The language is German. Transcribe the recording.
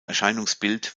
erscheinungsbild